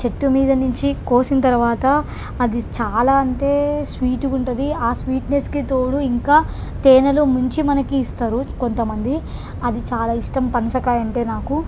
చెట్టు మీద నుంచి కోసిన తర్వాత అది చాలా అంటే స్వీటుగా ఉంటుంది ఆ స్వీట్నెస్కి తోడు ఇంకా తేనేలో ముంచి మనకి ఇస్తారు కొంతమంది అది చాలా ఇష్టం పనసకాయ అంటే నాకు